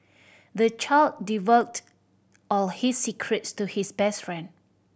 the child all his secrets to his best friend